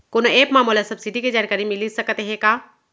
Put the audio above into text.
कोनो एप मा मोला सब्सिडी के जानकारी मिलिस सकत हे का?